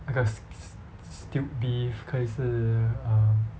那个 s~ s~ stewed beef 可以是 um